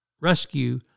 rescue